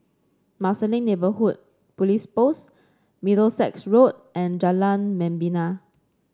Marsiling Neighbourhood Police Post Middlesex Road and Jalan Membina